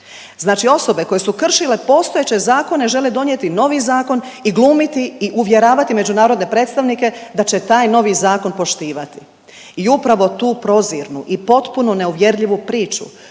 Znači osobe koje su kršile postojeće zakone žele donijeti novi zakon i glumiti i uvjeravati međunarodne predstavnike da će taj novi zakon poštivati. I upravo tu prozirnu i potpuno neuvjerljivu priču